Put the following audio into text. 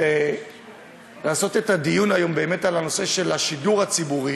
לעשות את הדיון היום בנושא השידור הציבורי